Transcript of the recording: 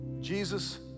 Jesus